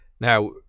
Now